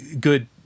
good